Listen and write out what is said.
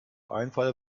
einfall